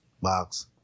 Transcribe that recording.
box